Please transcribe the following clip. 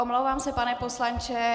Omlouvám se, pane poslanče.